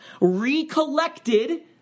recollected